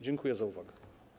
Dziękuję za uwagę.